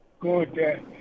Good